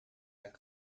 zijn